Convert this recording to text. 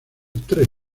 tres